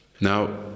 Now